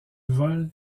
vole